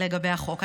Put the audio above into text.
לגבי החוק.